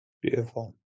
Beautiful